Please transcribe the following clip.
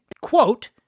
quote